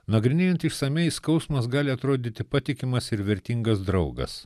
nagrinėjant išsamiai skausmas gali atrodyti patikimas ir vertingas draugas